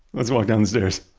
let's walk down the stairs